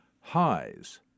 highs